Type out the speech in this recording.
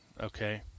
Okay